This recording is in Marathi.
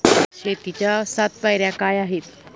शेतीच्या सात पायऱ्या काय आहेत?